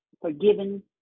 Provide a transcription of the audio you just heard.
forgiven